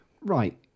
right